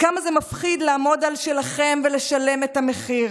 כמה זה מפחיד לעמוד על שלכם ולשלם את המחיר.